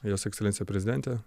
jos ekscelencija prezidentė